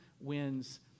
wins